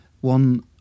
One